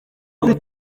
kuri